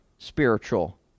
Spiritual